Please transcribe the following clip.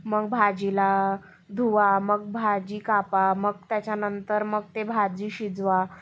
मग भाजीला धुवा मग भाजी कापा मग त्याच्यानंतर मग ते भाजी शिजवा